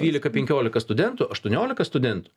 dvylika penkiolika studentų aštuoniolika studentų